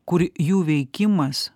kur jų veikimas